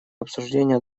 обсуждение